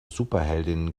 superheldinnen